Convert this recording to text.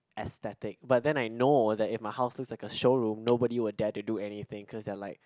aesthetic but then I know that if my house look like a showroom nobody will dare to do anything cause they are like